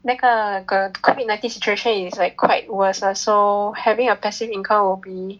那个 the COVID nineteen situation is like quite worse lah so having a passive income will be